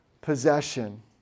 possession